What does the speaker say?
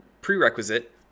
prerequisite